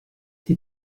die